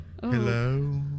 Hello